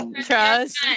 Trust